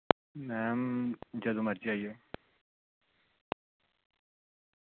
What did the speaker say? ma'am जद मर्जी आई जायो